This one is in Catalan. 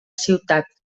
ciutat